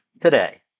today